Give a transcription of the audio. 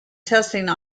testing